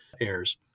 airs